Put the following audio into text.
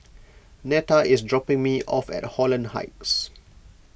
Netta is dropping me off at Holland Heights